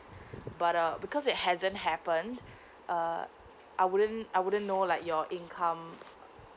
but uh because it hasn't happened uh I wouldn't I wouldn't know like your income